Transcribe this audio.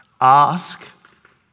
Ask